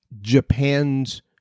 Japan's